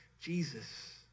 Jesus